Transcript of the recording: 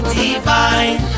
divine